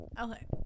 Okay